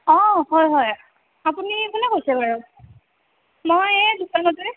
অঁ হয় হয় আপুনি কোনে কৈছে বাৰু মই এই দোকানতে